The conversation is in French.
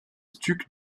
stucs